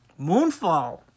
Moonfall